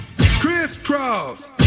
Crisscross